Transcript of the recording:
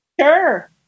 Sure